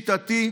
שיטתי,